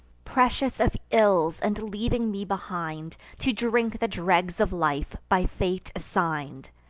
praescious of ills, and leaving me behind, to drink the dregs of life by fate assign'd!